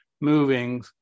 moving